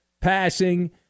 passing